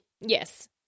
Yes